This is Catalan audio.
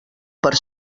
per